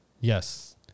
Yes